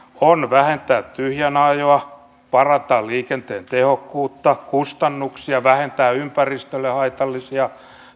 on vähentää tyhjänä ajoa parantaa liikenteen tehokkuutta kustannuksia vähentää ympäristölle haitallisia